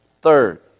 Third